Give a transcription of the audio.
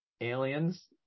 aliens